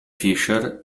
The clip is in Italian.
fisher